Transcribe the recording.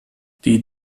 die